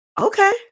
Okay